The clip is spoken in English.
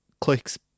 clicks